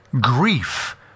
grief